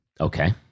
Okay